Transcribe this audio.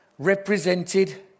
Represented